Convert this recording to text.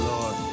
Lord